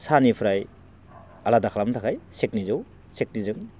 साहानिफ्राय आलादा खालामनो थाखाय चेतनिजौ चेतनिजों